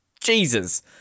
Jesus